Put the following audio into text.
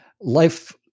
Life